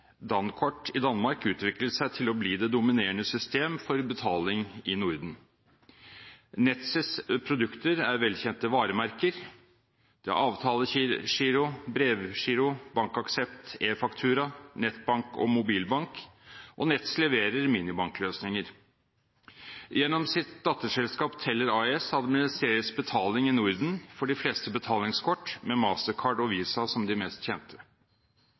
Dankort i Danmark utviklet seg til å bli det dominerende system for betaling i Norden. Nets’ produkter er velkjente varemerker – AvtaleGiro, Brevgiro, BankAxept, eFaktura, nettbank og mobilbank – og Nets leverer minibankløsninger. Gjennom sitt datterselskap Teller AS administreres betaling i Norden for de fleste betalingskort, med MasterCard og Visa som de mest kjente.